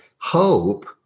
hope